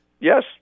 yes